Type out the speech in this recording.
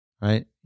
right